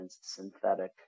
synthetic